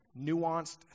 nuanced